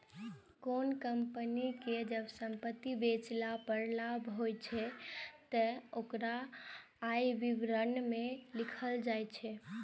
कोनों कंपनी कें जब संपत्ति बेचला पर लाभ होइ छै, ते ओकरा आय विवरण मे लिखल जाइ छै